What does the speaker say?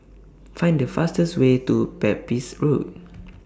Find The fastest Way to Pepys Road